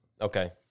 Okay